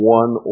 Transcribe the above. one